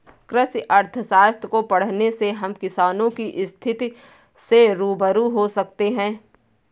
कृषि अर्थशास्त्र को पढ़ने से हम किसानों की स्थिति से रूबरू हो सकते हैं